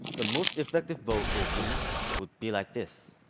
the most effective bow for me would be like this.